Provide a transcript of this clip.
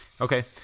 Okay